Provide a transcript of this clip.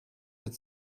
mit